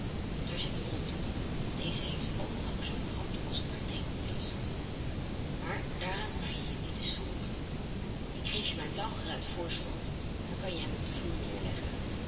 daar zit een hond op deze heeft oogen zoo groot als een paar theekopjes maar daaraan hoef je je niet te storen ik geef je mijn blauw geruit voorschoot dat kan je op den vloer neerleggen